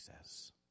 says